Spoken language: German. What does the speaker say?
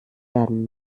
werden